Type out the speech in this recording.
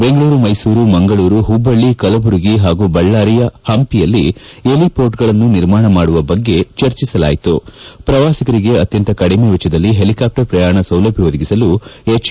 ಬೆಂಗಳೂರು ಮೈಸೂರು ಮಂಗಳೂರು ಮಬ್ಬಳ್ಳ ಕಲಬುರಗಿ ಹಾಗೂ ಬಳ್ಳಾರಿಯ ಹಂಪಿಯಲ್ಲಿ ಹೆಲಿಪೋರ್ಟ್ಗಳನ್ನು ನಿರ್ಮಾಣ ಮಾಡುವ ಬಗ್ಗೆ ಚರ್ಚಿಸ ಲಾಯಿತುಪ್ರವಾಸಿಗರಿಗೆ ಅತ್ಯಂತ ಕಡಿಮೆ ವೆಚ್ವದಲ್ಲಿ ಹೆಲಿಕಾಪ್ಟರ್ ಪ್ರಯಾಣ ಸೌಲಭ್ಧ ಒದಗಿಸಲು ಎಚ್ ಎ